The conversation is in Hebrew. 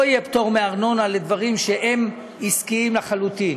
לא יהיה פטור מארנונה לדברים שהם עסקיים לחלוטין.